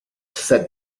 said